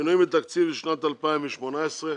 שינויים בתקציב לשנת 2018,